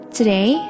Today